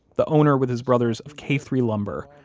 the owner, with his brothers, of k three lumber,